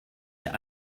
der